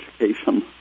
education